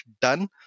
done